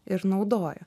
ir naudojo